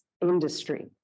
industry